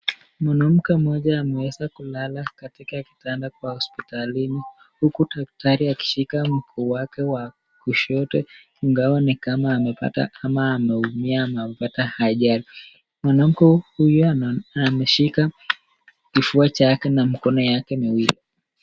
Mwanamke moja amewesa kulala kitanda Kwa hospitalini uku daktari akishika mguu wake wa kishoto ingawa ni kana amepata ameumia mwanamke huyu ameshika kifua chake na mikono yake mowili.